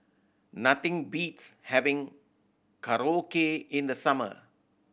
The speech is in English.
nothing beats having Korokke in the summer